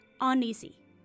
uneasy